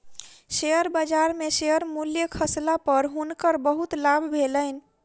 share बजार में share मूल्य खसला पर हुनकर बहुत लाभ भेलैन